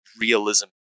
realism